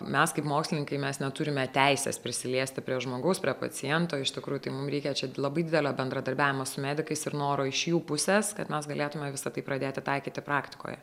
mes kaip mokslininkai mes neturime teisės prisiliesti prie žmogaus prie paciento iš tikrųjų tai mum reikia čia labai didelio bendradarbiavimo su medikais ir noro iš jų puses kad mes galėtume visa tai pradėti taikyti praktikoje